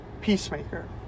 Peacemaker